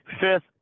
Fifth